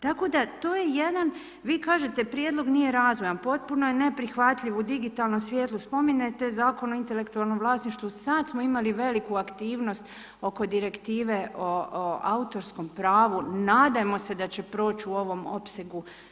Tako da to je jedan, vi kažete prijedlog nije razvojan, potpuno je neprihvatljiv u digitalnom svjetlu, spominjete Zakon o intelektualnom vlasništvu, sad smo imali veliku aktivnost oko direktive o autorskom pravu, nadajmo se da će proć u ovom opsegu.